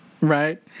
Right